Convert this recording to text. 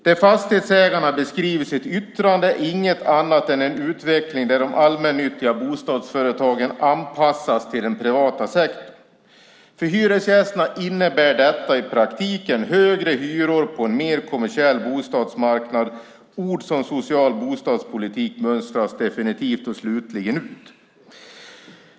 Det Fastighetsägarna beskriver i sitt yttrande är inget annat än en utveckling där de allmännyttiga bostadsföretagen anpassas till den privata sektorn. För hyresgästerna innebär detta i praktiken högre hyror på en mer kommersiell bostadsmarknad. Begrepp som "social bostadspolitik" mönstras definitivt och slutligen ut.